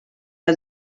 que